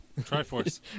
triforce